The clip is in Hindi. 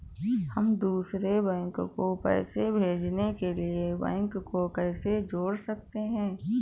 हम दूसरे बैंक को पैसे भेजने के लिए बैंक को कैसे जोड़ सकते हैं?